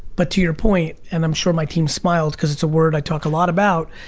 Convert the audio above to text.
but to your point, and i'm sure my team smiled cause it's a word i talk a lot about,